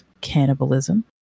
cannibalism